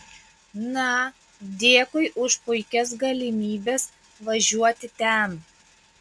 na dėkui už puikias galimybės važiuoti ten